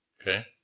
Okay